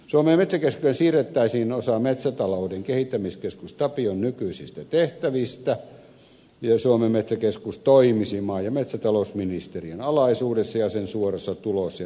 suomen metsäkeskukseen siirrettäisiin osa metsätalouden kehittämiskeskus tapion nykyisistä tehtävistä ja suomen metsäkeskus toimisi maa ja metsätalousministeriön alaisuudessa ja sen suorassa tulos ja resurssiohjauksessa